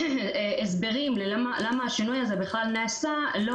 הסברים ללמה השינוי הזה בכלל נעשה לא